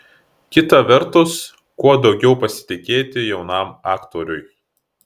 kita vertus kuo daugiau pasitikėti jaunam aktoriui